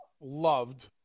loved